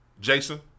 Jason